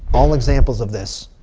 all examples of this.